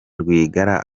rwigara